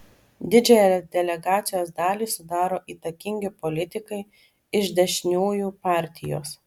didžiąją delegacijos dalį sudaro įtakingi politikai iš dešiniųjų partijos